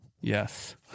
Yes